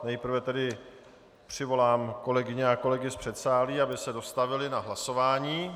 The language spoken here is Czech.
Nejprve tedy přivolám kolegyně a kolegy z předsálí, aby se dostavili na hlasování.